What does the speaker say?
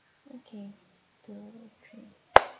okay two three